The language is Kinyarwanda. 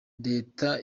leta